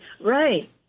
Right